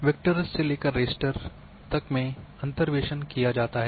vector से लेकर raster तक में अंतर्वेसन किया जाता है